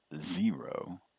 zero